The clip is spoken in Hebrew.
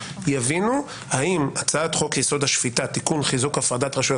יבינו האם הצעת חוק-יסוד: השפיטה (תיקון חיזוק הפרדת רשויות),